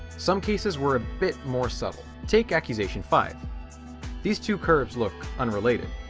some cases were a bit more subtle. take accusation five these two curves look unrelated.